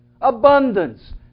Abundance